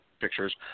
pictures